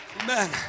Amen